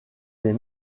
des